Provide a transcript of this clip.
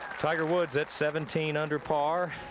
tiger woods at seventeen under par